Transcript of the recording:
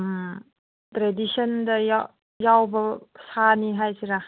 ꯇ꯭ꯔꯦꯗꯤꯁꯟꯗ ꯌꯥꯎꯕ ꯁꯥꯅꯤ ꯍꯥꯏꯁꯤꯔꯥ